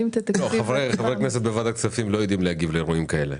חברי הכנסת בוועדת הכספים לא יודעים להגיב לאירועים כאלה.